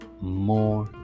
more